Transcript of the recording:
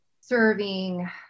serving